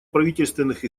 правительственных